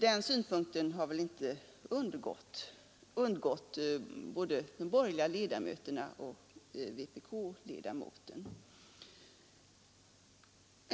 Den reflexionen kan man inte undgå att göra både om de borgerliga ledamöterna och om vpk-ledamoten.